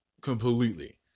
completely